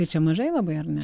tai čia mažai labai ar ne